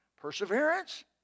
Perseverance